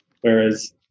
whereas